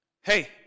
hey